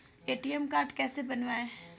ATM card कैसे बनवाएँ?